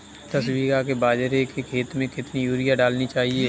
दस बीघा के बाजरे के खेत में कितनी यूरिया डालनी चाहिए?